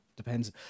depends